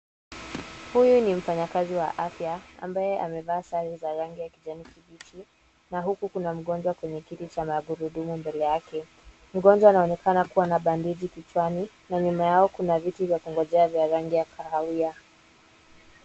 Huyu ni mfanyakazi wa afya ambaye amevaa sare za rangi ya kijani kibichi na huku kuna mgonjwa kwenye kiti cha magurudumu mbele yake mgonjwa anaonekana kuwa na bandeji kichwani na nyuma yao kuna viti vya kungojea vya rangi ya kahawia.